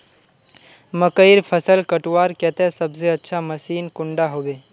मकईर फसल कटवार केते सबसे अच्छा मशीन कुंडा होबे?